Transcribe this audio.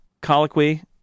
Colloquy